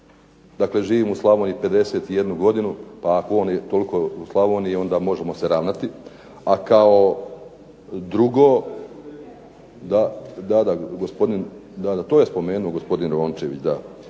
dakle živim u Slavoniji 51 godinu, pa ako je on toliko u Slavoniji možemo se ravnati. A kao drugo. Da, da to je spomenuo gospodin Rončević, a